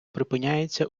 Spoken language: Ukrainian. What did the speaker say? припиняється